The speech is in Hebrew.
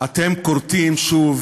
אתם כורים שוב